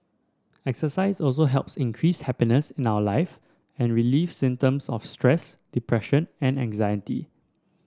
exercise also helps increase happiness in our life and relieve symptoms of stress depression and anxiety